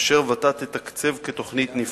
אשר ות"ת תתקצב כתוכנית נפרדת.